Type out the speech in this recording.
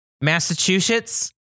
Massachusetts